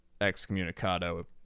excommunicado